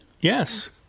Yes